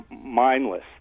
mindless